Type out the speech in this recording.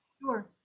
Sure